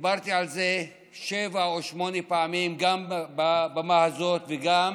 דיברתי על זה שבע או שמונה פעמים גם על הבמה הזאת וגם